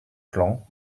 plan